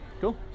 Cool